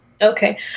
Okay